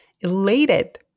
elated